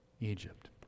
Egypt